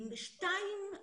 שנית,